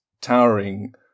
towering